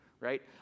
right